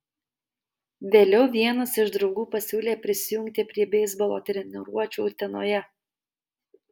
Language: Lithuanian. vėliau vienas iš draugų pasiūlė prisijungti prie beisbolo treniruočių utenoje